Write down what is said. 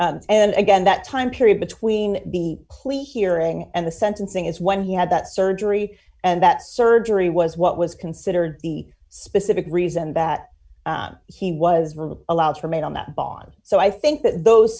and again that time period between the clear hearing and the sentencing is when he had that surgery and that surgery was what was considered the specific reason that he was really a louse for made on that bond so i think that those